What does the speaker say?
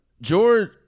George